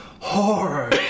horror